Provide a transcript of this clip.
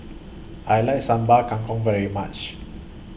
I like Sambal Kangkong very much